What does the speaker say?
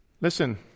Listen